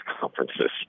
conferences